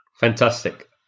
fantastic